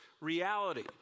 reality